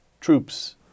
troops